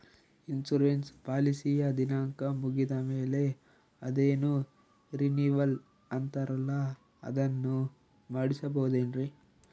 Insurance ಪಾಲಿಸಿಯ ದಿನಾಂಕ ಮುಗಿದ ಮೇಲೆ ಅದೇನೋ ರಿನೀವಲ್ ಅಂತಾರಲ್ಲ ಅದನ್ನು ಮಾಡಿಸಬಹುದೇನ್ರಿ?